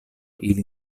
ili